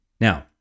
Now